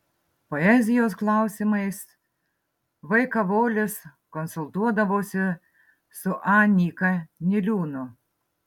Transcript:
poezijos klausimais v kavolis konsultuodavosi su a nyka niliūnu